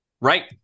Right